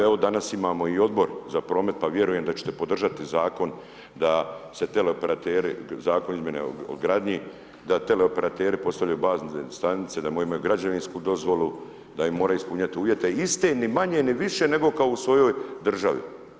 Evo, danas imamo i Odbor za promet, pa vjerujem da ćete podržati Zakon da se tele operateri Zakon izmjene o gradnji, da tele operateri postavljaju bazne stanice, da moji imaju građevinsku dozvolu, da moraju ispunjati uvjete, iste ni manje, ni više, nego kao u svojoj državi.